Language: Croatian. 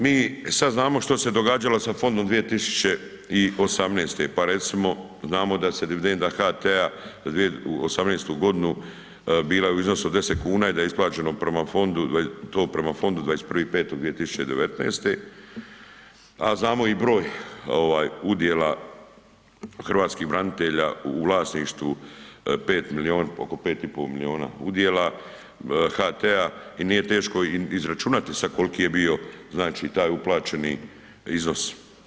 Mi sad znamo što se događalo sa Fondom 2018., pa recimo znamo da se dividenda HT-a za 2018. g. bila u iznosu od 10 kuna i da će isplaćeno prema Fondu to prema Fondu 21.5.2019., a znamo i broj udjela hrvatskih branitelja u vlasništvu, 5 milijuna, oko 5,5 milijuna udjela HT-a i nije teško izračunati sad koliki je bio taj uplaćeni iznos.